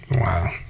Wow